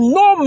no